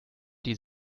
die